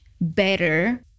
better